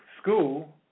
school